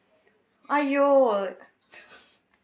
!aiyo!